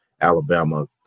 Alabama